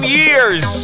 years